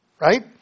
Right